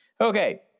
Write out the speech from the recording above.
Okay